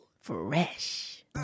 Fresh